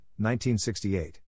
1968